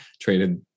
traded